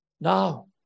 Now